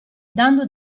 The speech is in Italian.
dando